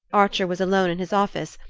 archer was alone in his office,